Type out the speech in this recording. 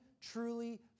truly